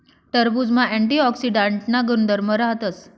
टरबुजमा अँटीऑक्सीडांटना गुणधर्म राहतस